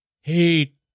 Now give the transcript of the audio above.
hate